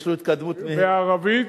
יש לו התקדמות מהירה.